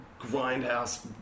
grindhouse